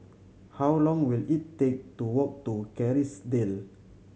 how long will it take to walk to Kerrisdale